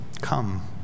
come